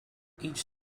each